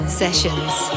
sessions